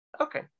okay